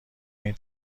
این